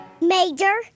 Major